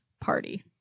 Party